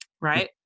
Right